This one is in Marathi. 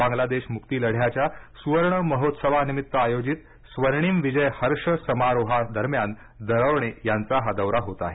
बांग्लादेश मुक्ती लढ्याच्या सुवर्णमहोत्सवानिमित्त आयोजित स्वर्णिम विजय वर्ष समारोहा दरम्यान नरवणे यांचा हा दौरा होत आहे